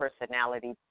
personality